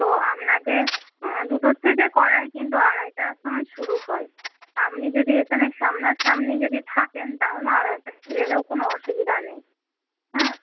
তো আপনাকে দুটোর থেকে করাই কিন্তু আড়াইটার সময় শুরু হয় আপনি যদি এখানে সামনাসামনি যদি থাকেন তাহলে আড়াইটাতে এলেও কোনো অসুবিধা নেই